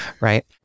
Right